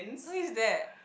who is that